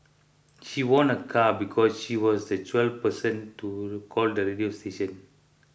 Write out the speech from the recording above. she won a car because she was the twelfth person to call the radio station